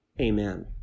Amen